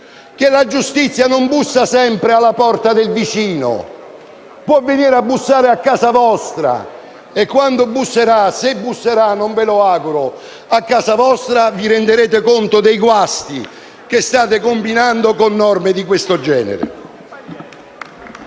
la giustizia non bussa sempre alla porta del vicino, ma può venire a bussare a casa vostra, e quando busserà - se busserà - a casa vostra (non ve lo auguro), vi renderete conto dei guasti che state combinando con norme di questo genere